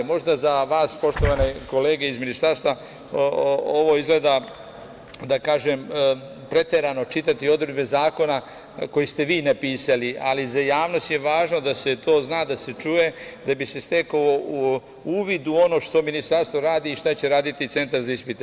Možda za vas, poštovane kolege iz Ministarstva, ovo izgleda preterano čitati odredbe zakona koji ste vi napisali, ali za javnost je važno da se to zna, da se čuje, da bi se stekao uvid u ono u što Ministarstvo radi i šta će raditi centar za ispite.